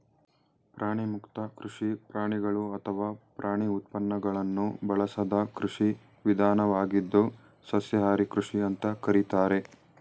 ಪ್ರಾಣಿಮುಕ್ತ ಕೃಷಿ ಪ್ರಾಣಿಗಳು ಅಥವಾ ಪ್ರಾಣಿ ಉತ್ಪನ್ನಗಳನ್ನು ಬಳಸದ ಕೃಷಿ ವಿಧಾನವಾಗಿದ್ದು ಸಸ್ಯಾಹಾರಿ ಕೃಷಿ ಅಂತ ಕರೀತಾರೆ